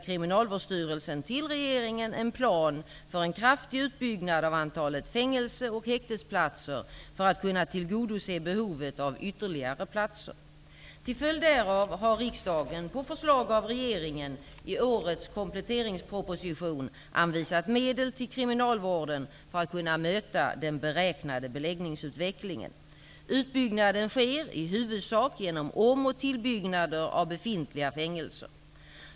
Kriminalvårdsstyrelsen till regeringen en plan för en kraftig utbyggnad av antalet fängelse och häktesplatser för att kunna tillgodose behovet av ytterligare platser. Till följd därav har riksdagen på förslag av regeringen i årets kompletteringsproposition anvisat medel till kriminalvården för att kunna möta den beräknade beläggningsutvecklingen. Utbyggnaden sker i huvudsak genom om och tillbyggnader av befintliga fängelser.